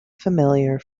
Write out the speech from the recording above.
familiar